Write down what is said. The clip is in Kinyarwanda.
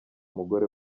mugore